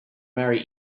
marry